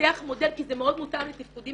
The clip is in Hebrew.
לפתח מודל כי זה מאוד מותאם לתפקודים,